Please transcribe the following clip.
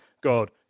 God